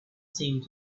seemed